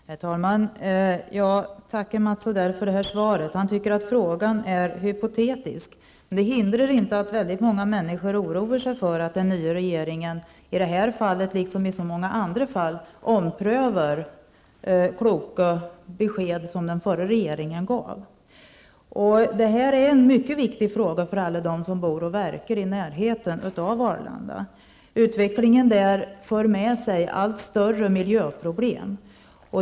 Herr talman! Jag tackar Mats Odell för svaret. Han tycker att frågan är hypotetisk. Det hindrar inte att många människor oroar sig för att den nya regeringen, i det här fallet liksom i så många andra fall, skall ompröva kloka besked som den förra regeringen gav. Det här är en mycket viktig fråga för alla dem som bor och verkar i närheten av Arlanda. Utvecklingen där för med sig allt större miljöproblem.